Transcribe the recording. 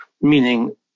meaning